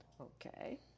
Okay